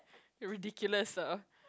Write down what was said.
ridiculous ah